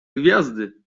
gwiazdy